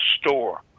store